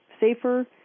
safer